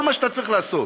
כל מה שאתה צריך לעשות